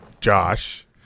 Josh